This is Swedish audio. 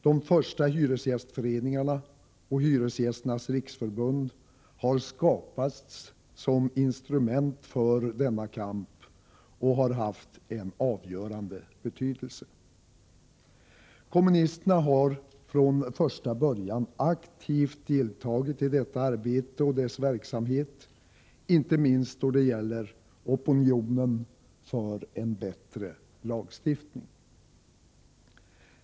De första hyresgästföreningarna och Hyresgästernas riksförbund har skapats som instrument för denna kamp och har haft en avgörande betydelse. Kommunisterna har från första början aktivt deltagit i detta arbete och dess verksamhet, inte minst då det gäller opinionen för en bättre lagstiftning.